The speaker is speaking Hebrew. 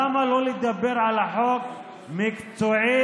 למה לא לדבר על החוק מקצועית,